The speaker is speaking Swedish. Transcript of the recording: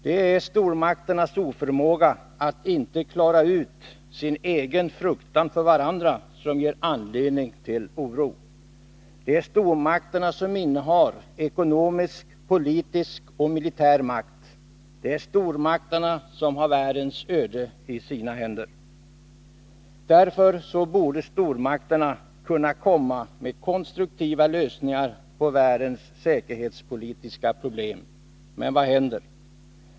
Det är stormakternas oförmåga att klara sin egen fruktan för varandra som ger anledning till oro. Det är stormakterna som innehar ekonomisk, politisk och militär makt. Det är stormakterna som har världens öde i sina händer. Därför borde stormakterna kunna ange konstruktiva lösningar på världens säkerhetspolitiska problem. Men vad händer?